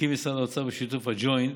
הקים משרד האוצר בשיתוף הג'וינט